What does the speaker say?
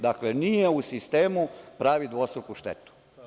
Dakle, nije u sistemu, pravi dvostruku štetu.